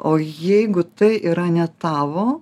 o jeigu tai yra ne tavo